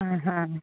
ಆ ಹಾಂ